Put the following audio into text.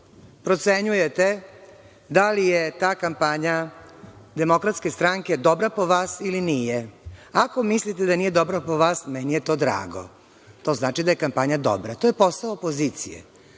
moći procenjujete da li je ta kampanja DS dobra po vas ili nije. Ako mislite da nije dobra po vas, meni je to drago, to znači da je kampanja dobra. To je posao opozicije.